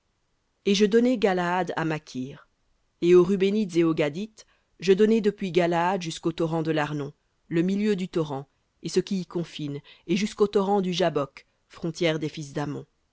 et je donnai galaad à makir et aux rubénites et aux gadites je donnai depuis galaad jusqu'au torrent de l'arnon le milieu du torrent et ce qui y confine et jusqu'au torrent du jabbok frontière des fils